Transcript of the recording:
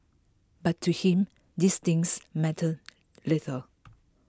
but to him these things mattered little